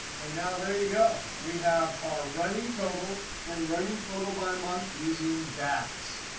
and now there you go. we have our running totals and running total by month using dax.